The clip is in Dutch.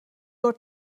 door